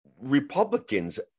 Republicans